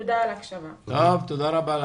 תודה על ההקשבה.